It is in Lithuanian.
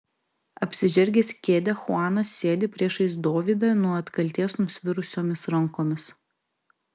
apsižergęs kėdę chuanas sėdi priešais dovydą nuo atkaltės nusvirusiomis rankomis